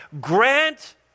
grant